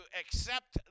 accept